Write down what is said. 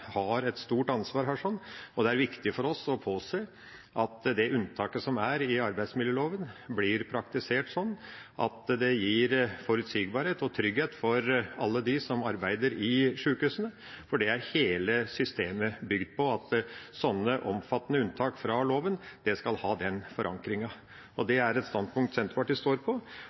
har et stort ansvar her. Det er viktig for oss å påse at det unntaket som er i arbeidsmiljøloven, blir praktisert sånn at det gir forutsigbarhet og trygghet for alle dem som arbeider i sjukehusene, for det er hele systemet bygd på – at sånne omfattende unntak fra loven skal ha den forankringa. Det er et standpunkt Senterpartiet står på. Vi står videre på at staten må ta årsakene til denne konflikten på